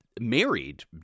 married